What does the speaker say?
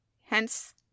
Hence